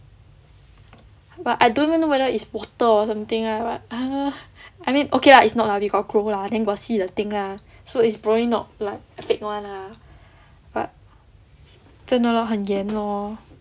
but I don't even know whether is water or something lah but I mean okay lah is not lah they got grow lah then got see the thing lah so is probably not like fake [one] lah but 真的 lor 很严 lor